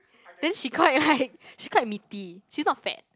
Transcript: then she quite like she quite meaty she's not fat